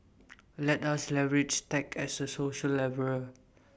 let us leverage tech as A social leveller